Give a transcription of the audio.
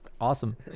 awesome